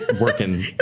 working